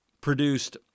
produced